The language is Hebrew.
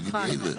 תגיד לי איזה.